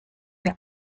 für